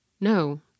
No